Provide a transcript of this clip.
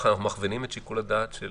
מכווינים את שיקול הדעת של